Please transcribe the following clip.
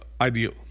ideal